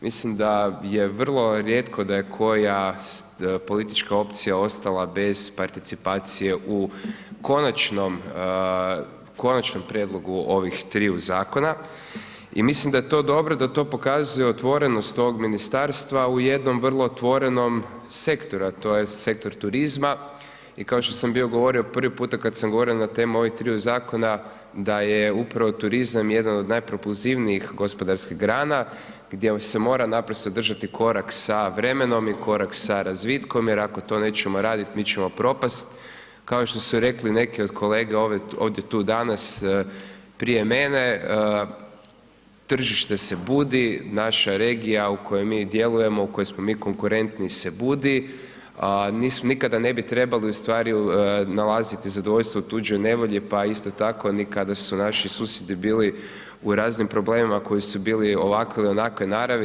Mislim da je vrlo rijetko da je koja politička opcija ostala bez participacije u Konačnom prijedlogu ovih triju zakona i mislim da je to dobro, da to pokazuje otvorenost tog ministarstva u jednom vrlo otvorenom sektoru, a to je sektor turizma i kao što sam bio govorio prvi puta kad sam govorio na temu ovih triju zakona da je upravo turizam jedan od najpropulzivnijih gospodarskih grana gdje se mora naprosto držati korak sa vremenom i korak sa razvitkom jer ako to nećemo radit, mi ćemo propast, kao što su rekli i neki od kolega ovdje tu danas prije mene, tržište se budi, naša regija u kojoj mi djelujemo u kojoj smo mi konkurentni se budi a mislim nikada ne bi trebali ustvari nalaziti zadovoljstvo u tuđoj nevolji pa isto tako ni kada su naši susjedi bili u raznim problemima koji su bili ovakve ili onakve naravi.